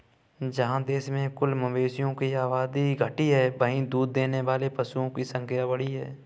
जहाँ देश में कुल मवेशियों की आबादी घटी है, वहीं दूध देने वाले पशुओं की संख्या बढ़ी है